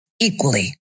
Equally